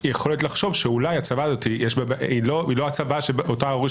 יכול להיות שהוא בעיה אבל הוא לא משנה את האיזון לעניין היורש,